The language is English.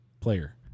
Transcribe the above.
Player